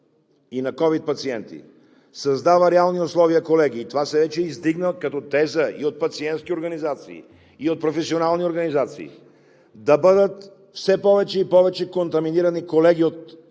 и на ковид пациенти създава реални условия, колеги, и това вече е издигнато като теза и от пациентски организации, и от професионални организации да бъдат все повече и повече контаминирани колеги от